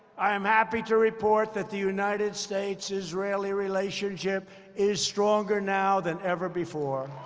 i am happy to report that the united states-israeli relationship is stronger now than ever before.